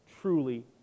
truly